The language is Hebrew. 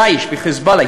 "דאעש" ו"חיזבאללה",